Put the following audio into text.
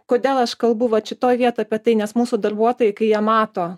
kodėl aš kalbu vat šitoj vietoj apie tai nes mūsų darbuotojai kai jie mato